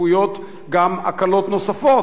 צפויות גם הקלות נוספות,